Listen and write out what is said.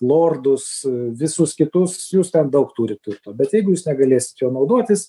lordus visus kitus jūs ten daug turit turto bet jeigu jūs negalėsit juo naudotis